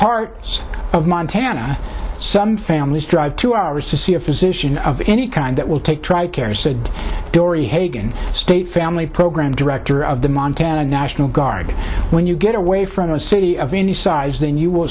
parts of montana some families drive two hours to see a physician of any kind that will take tri care said dorrie hagen state family program director of the montana national guard when you get away from a city of any size then you will